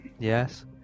Yes